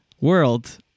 world